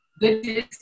Good